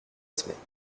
semaine